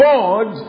God